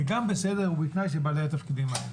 זה גם בסדר ובתנאי שהם בעלי התפקידים האלה.